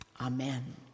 Amen